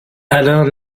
alain